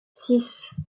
six